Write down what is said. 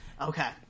okay